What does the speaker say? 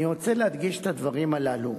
אני רוצה להדגיש את הדברים הללו